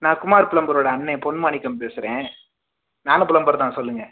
நான் குமார் பிளம்பரோடய அண்ணன் பொன்மாணிக்கம் பேசுகிறேன் நானும் பிளம்பர் தான் சொல்லுங்கள்